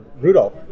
Rudolph